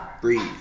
breathe